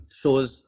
shows